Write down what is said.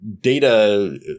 data